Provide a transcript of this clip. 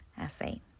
essay